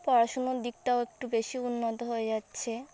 পড়াশুনোর দিকটাও একটু বেশি উন্নত হয়ে যাচ্ছে